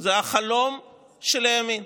זה החלום של הימין,